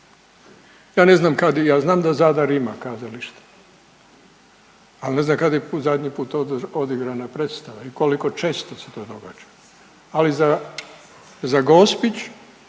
ja znam da Zadar ima kazalište, al ne znam kad je zadnji put odigrana predstava i koliko često se to događa, ali za, za Gospić,